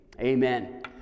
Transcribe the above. Amen